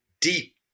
deep